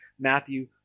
Matthew